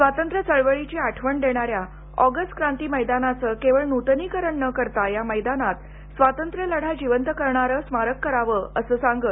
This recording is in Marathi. स्वातंत्र्य चळवळीची आठवण देणाऱ्या ऑगस्ट क्रांती मैदानाचं केवळ न्रतनीकरण न करता या मैदानात स्वातंत्र्यलढा जिवंत करणारं स्मारक करावं असं सांगत